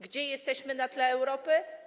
Gdzie jesteśmy na tle Europy?